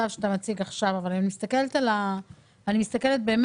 כשאני מסתכלת על מה התקדם